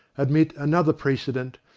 admit another precedent,